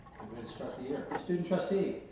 good way to start the year. student trustee.